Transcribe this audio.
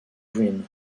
dream